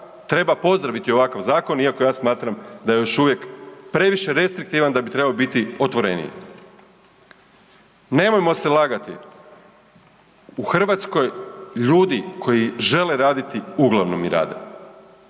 treba pozdraviti ovakav zakon, iako ja smatram da je još uvijek restriktivan, da bi trebao biti otvoreniji. Nemojmo se lagati, u Hrvatskoj ljudi koji žele raditi uglavnom i rade.